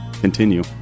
continue